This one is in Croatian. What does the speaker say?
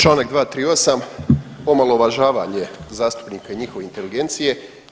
Čl. 238. omalovažavanje zastupnika i njihove inteligencije.